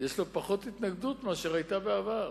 יש לו פחות התנגדות מאשר היתה בעבר.